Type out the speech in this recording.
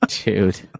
Dude